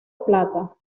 plata